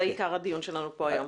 זה עיקר הדיון שלנו כאן היום.